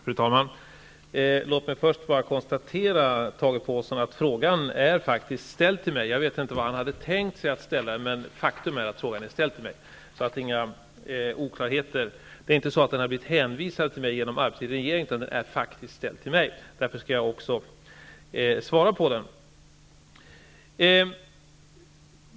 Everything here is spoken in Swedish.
Fru talman! Låt mig först bara konstatera, Tage Påhlsson, att frågan faktiskt är ställd till mig. Jag vet inte till vem Tage Påhlsson hade tänkt sig att ställa den, men faktum är att frågan är ställd till mig. Jag vill säga detta för att det inte skall råda några oklarheter. Det är inte så att frågan har blivit hänvisad till mig genom arbetsfördelningen i regeringen, utan den är faktiskt ställd till mig, och därför skall jag också svara på den.